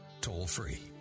toll-free